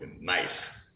nice